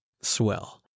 Swell